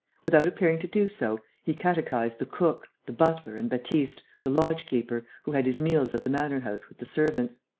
without appearing to do so, he catechized the cook, the butler, and baptiste, the lodge-keeper, who had his meals at the manor-house with the servants.